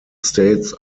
states